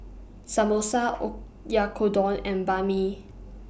Samosa Oyakodon and Banh MI